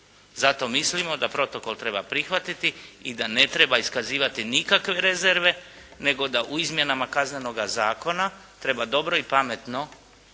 Zato mislim da protokol treba prihvatiti i da ne treba iskazivati nikakve rezerve nego da u izmjenama Kaznenoga zakona treba dobro i pametno formulirati